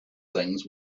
things